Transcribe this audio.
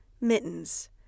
mittens